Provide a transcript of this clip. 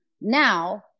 Now